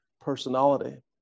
personality